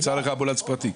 נאמר להם למצוא אמבולנס פרטי.